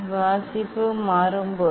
வாசிப்பு மாறும் போது